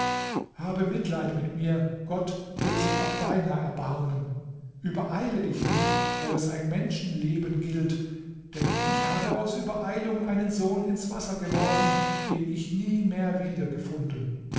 habe mitleid mit mir gott wird sich auch deiner erbarmen übereile dich nicht wo es ein menschenleben gilt denn ich habe aus übereilung einen sohn ins wasser geworfen den ich nie mehr wiedergefunden